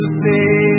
say